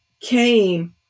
came